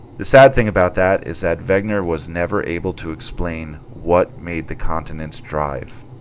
the sad thing about that is that vague nerve was never able to explain. what made the continents drive?